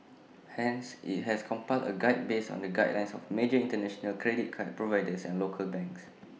hence IT has compiled A guide based on the guidelines of major International credit card providers and local banks